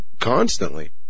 constantly